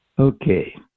Okay